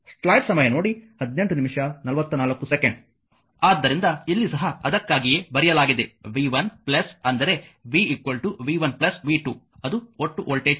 ಆದ್ದರಿಂದ ಇಲ್ಲಿ ಸಹ ಅದಕ್ಕಾಗಿಯೇ ಬರೆಯಲಾಗಿದೆ v 1 ಅಂದರೆ v v 1 v 2 ಅದು ಒಟ್ಟು ವೋಲ್ಟೇಜ್ ಆಗಿದೆ